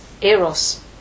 Eros